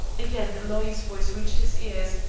again the lawyer's voice reached his ears,